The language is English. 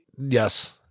yes